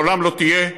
לעולם לא תהיה,